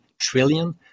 trillion